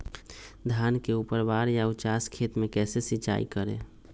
धान के ऊपरवार या उचास खेत मे कैसे सिंचाई करें?